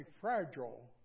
fragile